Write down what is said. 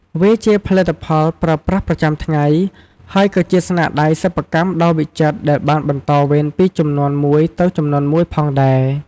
វាជាផលិតផលប្រើប្រាស់ប្រចាំថ្ងៃ ហើយក៏ជាស្នាដៃសិប្បកម្មដ៏វិចិត្រដែលបានបន្តវេនពីជំនាន់មួយទៅជំនាន់មួយផងដែរ។